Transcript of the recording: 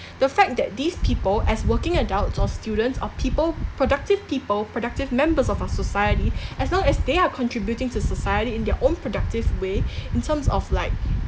the fact that these people as working adults or students or people productive people productive members of our society as long as they are contributing to society in their own productive way in terms of like